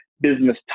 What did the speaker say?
business